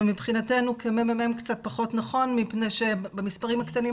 מבחינתנו כממ"מ קצת פחות נכון מפני שבמספרים הקטנים